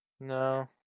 No